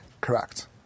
Correct